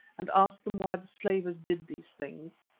and asked them why the slavers did these things.